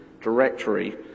directory